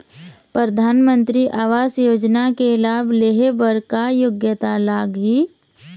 परधानमंतरी आवास योजना के लाभ ले हे बर का योग्यता लाग ही?